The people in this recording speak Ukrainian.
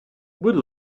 будь